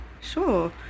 sure